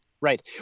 Right